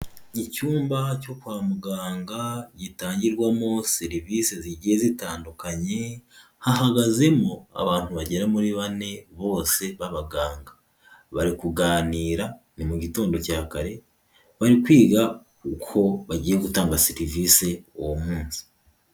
Icyumba cyo kwa muganga gitangirwamo serivisi zigiye zitandukanye, hahagazemo abantu bagera muri bane bose b'abaganga. Bari kuganira, ni mu gitondo cya kare, bari kwiga uko bagiye gutanga serivisi uwo munsi.